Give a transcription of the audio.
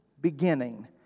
Beginning